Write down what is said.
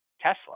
Tesla